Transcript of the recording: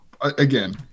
again